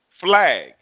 flag